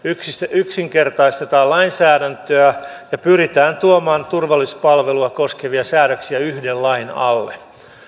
yksinkertaistetaan lainsäädäntöä ja pyritään tuomaan turvallisuuspalvelua koskevia säädöksiä yhden lain alle